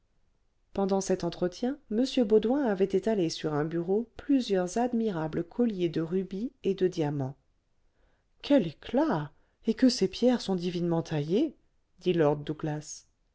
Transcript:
pendant cet entretien m baudoin avait étalé sur un bureau plusieurs admirables colliers de rubis et de diamants quel éclat et que ces pierres sont divinement taillées dit lord douglas